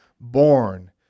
born